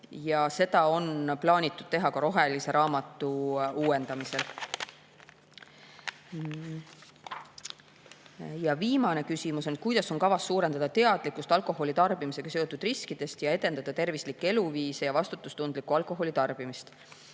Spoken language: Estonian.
ja seda on plaanitud teha ka rohelise raamatu uuendamisel. Ja viimane küsimus. Kuidas on kavas suurendada teadlikkust alkoholi tarbimisega seotud riskidest ja edendada tervislikke eluviise ja vastutustundlikku alkoholi tarbimist?